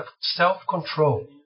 self-control